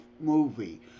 movie